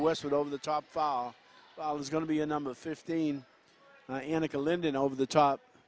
westwood over the top i was going to be a number fifteen linden over the top